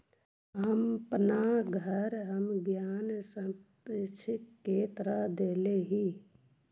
अपन घर हम ऋण संपार्श्विक के तरह देले ही